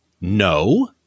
no